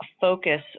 focus